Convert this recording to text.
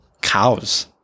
cows